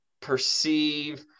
perceive